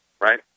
right